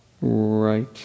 right